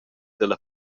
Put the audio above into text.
dalla